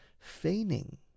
Feigning